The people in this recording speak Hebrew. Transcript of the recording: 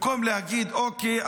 אז במקום להגיד: אוקיי,